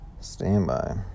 Standby